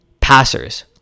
passers